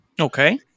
okay